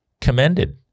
commended